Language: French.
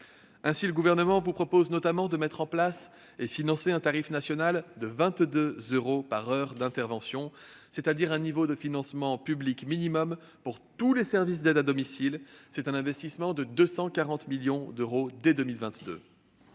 pérenne. Le Gouvernement propose notamment d'instaurer et de financer un tarif national de 22 euros par heure d'intervention, c'est-à-dire un niveau de financement public minimum, pour tous les services d'aide à domicile, ce qui représente un investissement de 240 millions d'euros dès 2022.